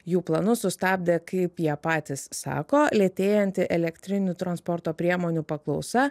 jų planus sustabdė kaip jie patys sako lėtėjanti elektrinių transporto priemonių paklausa